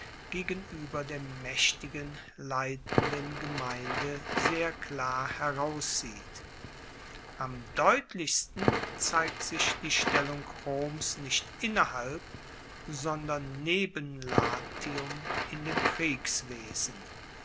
gegenueber der maechtigen leitenden gemeinde sehr klar heraussieht am deutlichsten zeigt sich die stellung roms nicht innerhalb sondern neben latium in dem kriegswesen